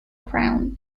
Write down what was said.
crown